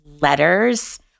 letters